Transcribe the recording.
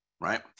right